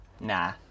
Nah